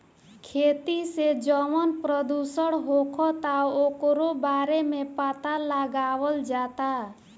खेती से जवन प्रदूषण होखता ओकरो बारे में पाता लगावल जाता